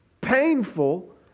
painful